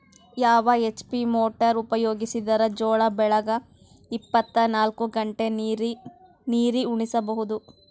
ಯಾವ HP motor ಉಪಯೋಗಿಸಿದರ ಜೋಳ ಬೆಳಿಗ ಇಪ್ಪತ ನಾಲ್ಕು ಗಂಟೆ ನೀರಿ ಉಣಿಸ ಬಹುದು?